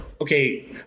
Okay